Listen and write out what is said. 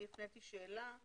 אני הפניתי שאלה.